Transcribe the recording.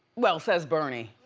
well, says bernie,